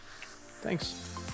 Thanks